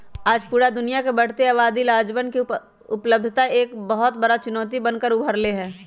आज पूरा दुनिया के बढ़ते आबादी ला अनजवन के उपलब्धता एक बहुत बड़ा चुनौती बन कर उभर ले है